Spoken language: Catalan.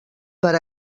per